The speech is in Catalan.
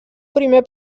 primer